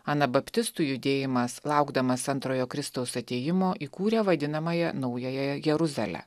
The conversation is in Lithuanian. anabaptistų judėjimas laukdamas antrojo kristaus atėjimo įkūrė vadinamąją naująją jeruzalę